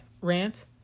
rant